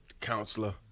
Counselor